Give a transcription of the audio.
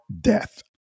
death